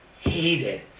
hated